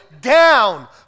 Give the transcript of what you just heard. down